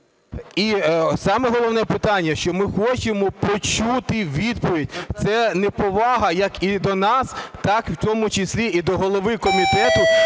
І саме головне питання, що ми хочемо почути відповідь. Це неповага як і до нас, так в тому числі і до голови комітету,